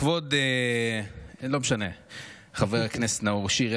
לכבוד חבר הכנסת נאור שירי,